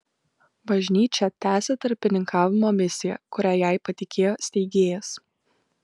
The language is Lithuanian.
bažnyčia tęsia tarpininkavimo misiją kurią jai patikėjo steigėjas